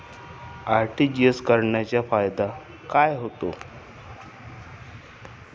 RTGS करण्याचा फायदा काय होतो?